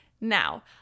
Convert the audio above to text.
Now